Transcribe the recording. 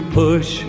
push